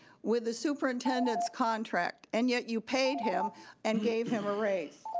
with the superintendent's contract, and yet you paid him and gave him a raise.